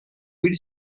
will